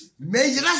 Major